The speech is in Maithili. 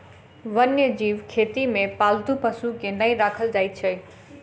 वन्य जीव खेती मे पालतू पशु के नै राखल जाइत छै